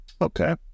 Okay